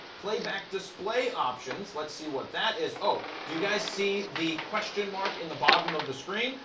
playback display options, let's see what that is. oh, do you guys see the question mark in the bottom of the screen?